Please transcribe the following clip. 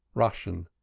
russian,